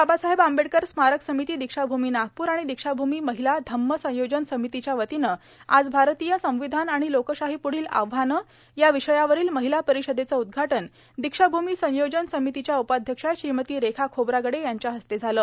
बाबासाहेब आंबेडकर स्मारक समिती दीक्षाभूमी नागपूर आणि दीक्षाभूमी महिला धम्म संयोजन समितीच्या वतीन आज भारतीय संविधान आणि लोकशाहीप्ढील आव्हान या विषयावरील महिला परीषदेच उद्घाटन दीक्षाभूमी संयोजन समितीच्या उपाध्यक्षा श्रीमती रेखा खोब्रागडे यांच्या हस्ते झालं